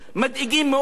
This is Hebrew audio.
מדאיגים מאוד.